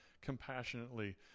compassionately